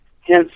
Hence